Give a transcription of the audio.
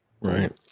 Right